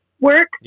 work